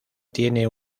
tiene